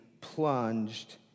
plunged